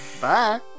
Bye